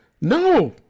No